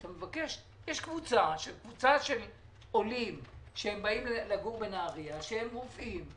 יש קבוצה שהם קבוצה של עולים שבאים לגור בנהריה שהם רופאים,